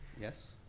Yes